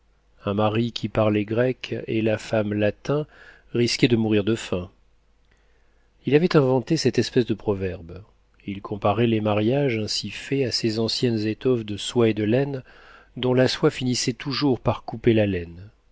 un mari qui parlait grec et la femme latin risquaient de mourir de faim il avait inventé cette espèce de proverbe il comparait les mariages ainsi faits à ces anciennes étoffes de soie et de laine dont la soie finissait toujours par couper la laine